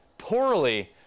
poorly